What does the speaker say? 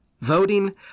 voting